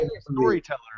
storyteller